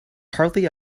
hardly